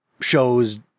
shows